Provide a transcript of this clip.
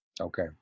Okay